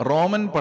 Roman